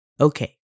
Okay